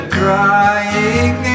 crying